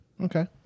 okay